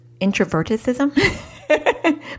introverticism